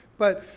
but.